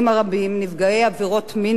נפגעי עבירות מין ואלימות,